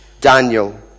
Daniel